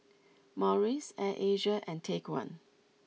Morries Air Asia and Take One